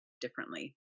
Differently